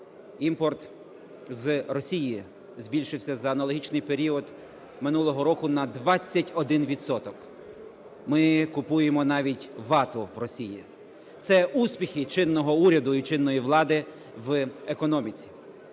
імпорт з Росії збільшився за аналогічний період минулого року на 21 відсоток, ми купуємо навіть вату в Росії. Це успіхи чинного уряду і чинної влади в економіці.